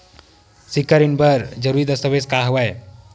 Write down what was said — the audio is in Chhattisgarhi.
सिक्छा ऋण बर जरूरी दस्तावेज का हवय?